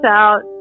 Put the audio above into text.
out